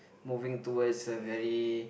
moving towards a very